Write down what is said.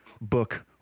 book